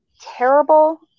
terrible